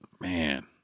Man